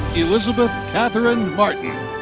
elisabeth katherine martin.